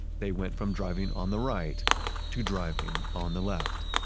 they went from driving on the right to driving on the left.